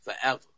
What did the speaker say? forever